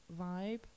vibe